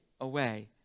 away